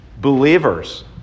believers